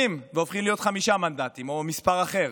והופכים להיות חמישה מנדטים או מספר אחר,